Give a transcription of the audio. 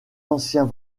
anciens